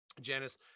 Janice